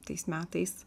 tais metais